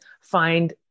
find